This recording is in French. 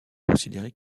considérée